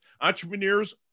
Entrepreneurs